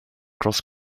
cross